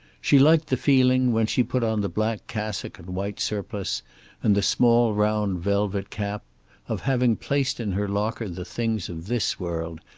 she liked the feeling, when she put on the black cassock and white surplice and the small round velvet cap of having placed in her locker the things of this world,